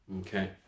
Okay